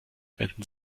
wenden